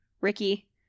ricky